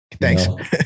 Thanks